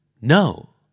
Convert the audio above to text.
No